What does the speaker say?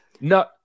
No